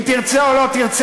אם תרצה או לא תרצה,